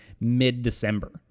mid-december